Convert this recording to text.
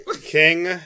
King